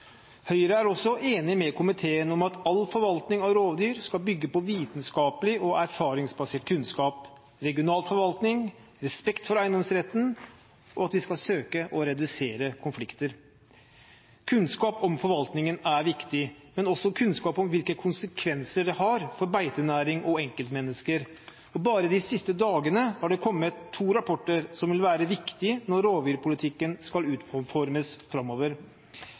Høyre er også enig med komiteen i at all forvaltning av rovdyr skal bygge på vitenskapelig og erfaringsbasert kunnskap, regional forvaltning, respekt for eiendomsretten og at vi skal søke å redusere konflikter. Kunnskap om forvaltningen er viktig, men også kunnskap om hvilke konsekvenser det har for beitenæring og enkeltmennesker. Bare de siste dagene har det kommet to rapporter som vil være viktige når rovdyrpolitikken skal utformes framover.